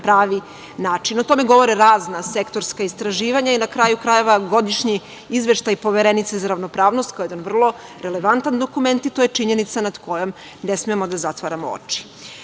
pravi način. O tome govore razna sektorska istraživanja i na kraju krajeva Godišnji izveštaj Poverenice za ravnopravnost, kao jedan vrlo relevantan dokument i to je činjenica nad kojom ne smemo da zatvaramo oči.Za